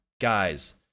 guys